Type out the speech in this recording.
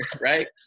right